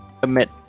commit